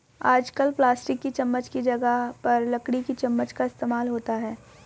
आजकल प्लास्टिक की चमच्च की जगह पर लकड़ी की चमच्च का इस्तेमाल होता है